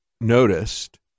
noticed